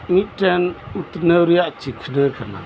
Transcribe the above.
ᱢᱤᱫ ᱴᱮᱱ ᱩᱛᱱᱟᱹᱣ ᱨᱮᱭᱟᱜ ᱪᱤᱠᱷᱟᱹᱱᱟᱹ ᱠᱟᱱᱟ